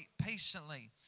patiently